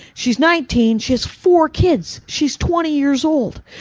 she's nineteen, she has four kids. she's twenty years old.